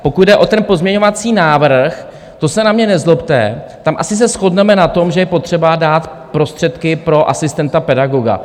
Pokud jde o ten pozměňovací návrh, to se na mě nezlobte, tam asi se shodneme na tom, že je potřeba dát prostředky pro asistenta pedagoga.